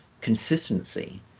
consistency